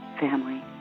family